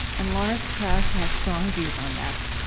and lawrence krauss has strong views on that.